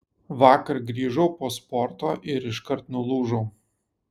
vakar grįžau po sporto ir iškart nulūžau